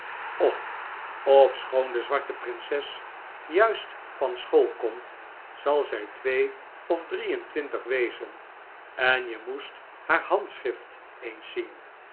och ofschoon de zwarte prinses juist van school komt zal zij twee of drie-en-twintig wezen en je moest haar handschrift eens zien